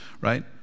Right